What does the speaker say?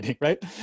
right